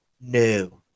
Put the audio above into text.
no